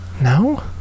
no